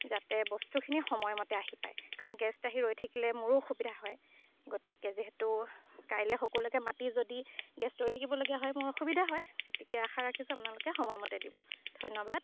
যাতে বস্তুখিনি সময়মতে আহি পায় কাৰণ গেষ্ট আহি ৰৈ থাকিলে মোৰো অসুবিধা হয় গতিকে যিহেতু কাইলৈ সকলোকে মাতি যদি গেষ্ট ৰৈ থাকিবলগীয়া হয় মোৰ অসুবিধা হয় গতিকে আশা ৰাখিছোঁ আপোনালোকে সময়মতে দিব ধন্যবাদ